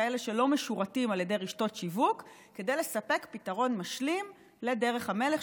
כאלה שלא משורתים על ידי רשתות שיווק כדי לספק פתרון משלים לדרך המלך,